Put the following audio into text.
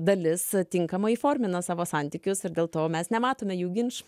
dalis tinkamai įformina savo santykius ir dėl to mes nematome jų ginčų